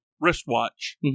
wristwatch